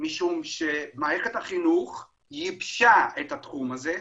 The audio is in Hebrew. משום שמערכת החינוך ייבשה את התחום הזה,